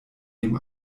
dem